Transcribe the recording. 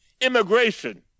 immigration